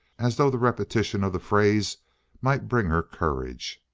as though the repetition of the phrase might bring her courage.